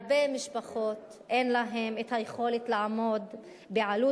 הרבה משפחות אין להן יכולת לעמוד בעלות